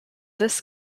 this